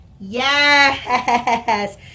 Yes